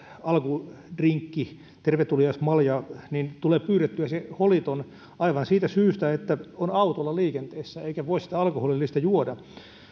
alkudrinkki tervetuliaismalja niin tulee pyydettyä se holiton aivan siitä syystä että on autolla liikenteessä eikä voi sitä alkoholillista juoda